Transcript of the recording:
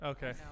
Okay